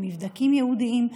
במבדקים ייעודיים,